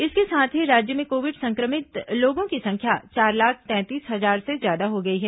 इसके साथ ही राज्य में कोविड संक्रमित लोगों की संख्या चार लाख तैंतीस हजार से ज्यादा हो गई है